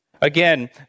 Again